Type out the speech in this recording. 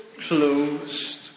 closed